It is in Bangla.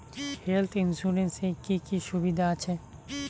হেলথ ইন্সুরেন্স এ কি কি সুবিধা আছে?